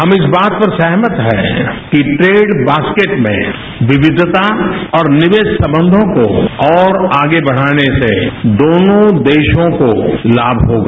हम इस बात पर सहमत हैं कि ट्रेड बॉस्केट में विविधता और निवेश संबंधों को और आगे बढ़ाने से दोनों देशों को लाभ होगा